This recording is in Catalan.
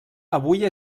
avui